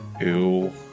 Ew